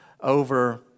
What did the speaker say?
over